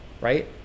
right